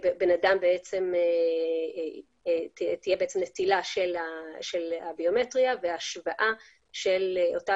- ולבן אדם תהיה מסילה של הביומטריה והשוואה של אותה